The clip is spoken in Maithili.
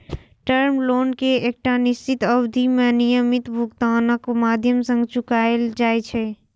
टर्म लोन कें एकटा निश्चित अवधि मे नियमित भुगतानक माध्यम सं चुकाएल जाइ छै